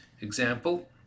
example